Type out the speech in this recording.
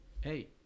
hey